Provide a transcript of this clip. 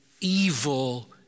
evil